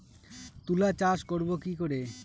তুলা চাষ করব কি করে?